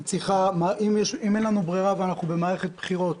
אם אין לנו ברירה ואנחנו במערכת בחירות,